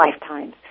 lifetimes